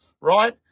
right